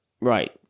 Right